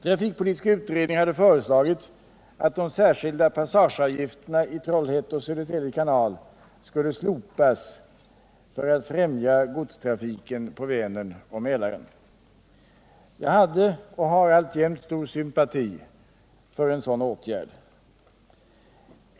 Trafikpolitiska utredningen hade föreslagit att de särskilda passageavgifterna i Trollhätte och Södertälje kanal skulle slopas för att främja godstrafiken på Vänern och Mälaren. Jag hade och har alltjämt stor sympati för en sådan åtgärd.